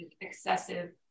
excessive